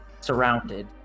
surrounded